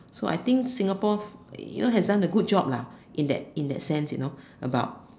so I think Singapore you know have done a good job lah in that in that sense you know about